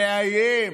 המאיים,